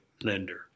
lender